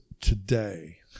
today